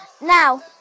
Now